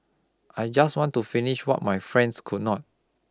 I just want to finish what my friends could not